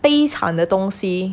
悲惨的东西